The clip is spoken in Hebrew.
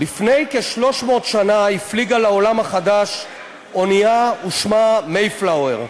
"לפני כ-300 שנה הפליגה לעולם החדש אונייה ושמה 'מייפלאואר'